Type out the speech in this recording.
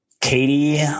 Katie